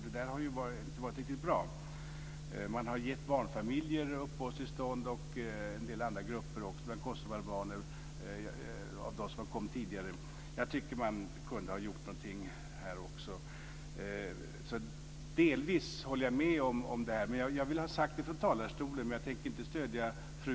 Det har inte varit riktigt bra. Man har gett barnfamiljer och en del andra grupper bland de kosovoalbaner som kommit tidigare uppehållstillstånd. Jag tycker att man kunde ha gjort någonting här också. Jag håller delvis med om detta. Jag vill ha det sagt från talarstolen, men jag tänker inte stödja fru